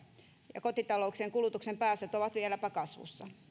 ja kotitalouksien kulutuksen päästöt ovat vieläpä kasvussa